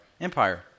Empire